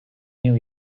new